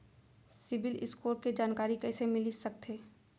CIBIL score के जानकारी कइसे मिलिस सकथे?